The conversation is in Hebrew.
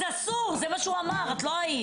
אז אסור, זה מה שהוא אמר, את לא היית.